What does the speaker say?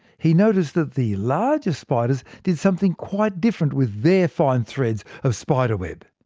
he noticed that the larger spiders did something quite different with their fine threads of spiderweb.